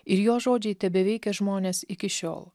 ir jo žodžiai tebeveikia žmones iki šiol